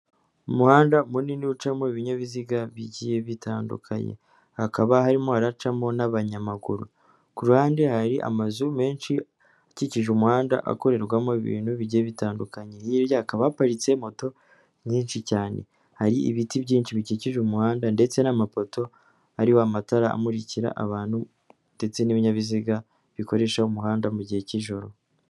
Umuhanda munini ucamo ibinyabiziga bigiye bitandukanye hakaba harimo haracamo n'abanyamaguru ku ruhande hari amazu menshi akikije umuhanda akorerwamo ibintu bigiye bitandukanye hakaba haparitse moto nyinshi cyane hari ibiti byinshi bikikije umuhanda ndetse n'amapoto hari amatara amurikira abantu ndetse n'ibinyabiziga bikoresha umuhanda mu gihe cy'ijoro.